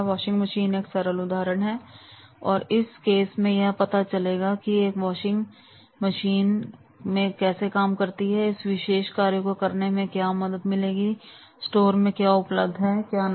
washing machine एक सरल उदाहरण है और इस केस में यह पता चलेगा कि एक विशेष वॉशिंग मशीन कैसे काम करती है और इस विशेष कार्य को करने में क्या मदद मिलेगी और स्टोर में उपलब्ध है कि नहीं